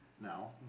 now